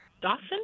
Dawson